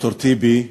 ד"ר טיבי,